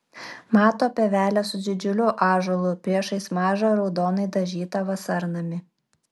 mato pievelę su didžiuliu ąžuolu priešais mažą raudonai dažytą vasarnamį